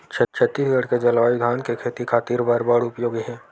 छत्तीसगढ़ के जलवायु धान के खेती खातिर बर बड़ उपयोगी हे